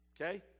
Okay